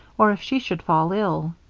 or if she should fall ill.